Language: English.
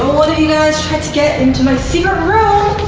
you guys tried to get into my secret room.